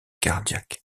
cardiaque